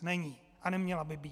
Není a neměla by být.